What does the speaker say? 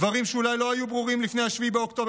דברים שאולי לא היו ברורים לפני 7 באוקטובר